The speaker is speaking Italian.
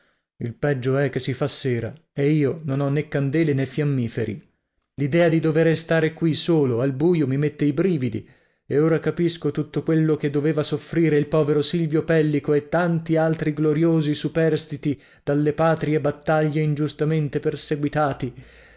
il peggio è che si fa sera e io non ho né candela né fiammiferi l'idea di dovere star qui solo al buio mi mette i brividi e ora capisco tutto quello che doveva soffrire il povero silvio pellico e tanti altri gloriosi superstiti dalle patrie battaglie ingiustamente perseguitati